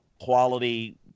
quality